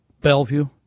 Bellevue